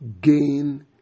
gain